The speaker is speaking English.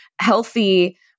healthy